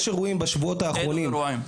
יש אירועים בשבועות האחרונים --- אילו אירועים?